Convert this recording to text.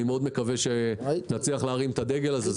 אני מקווה מאוד שנצליח להרים את הדגל הזה.